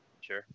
Sure